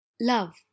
Love